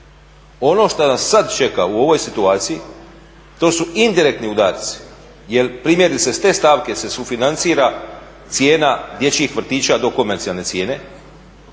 Ono što nas sad čeka u ovoj situaciji to su indirektni udarci. Jer primjerice s te stavke se sufinancira cijena dječjih vrtića do komercijalne cijene,